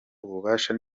ububasha